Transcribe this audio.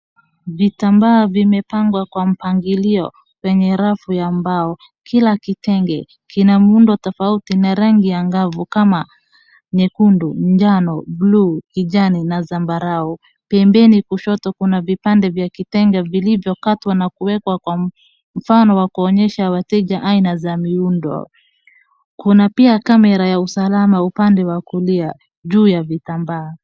Vitambaa vimepangwa kwa mpangilio penye rafu ya mbao. Kila kitenge kina muundo tofauti na rangi angavu kama nyekundu, njano, bluu, kijani na zambarau. Pembeni kushoto kuna vipande vya kitenga vilivyokatwa na kuwekwa kwa mfano wa kuonyesha wateja aina za miundo. Kuna pia kamera ya usalama upande wa kulia juu ya vitambaa.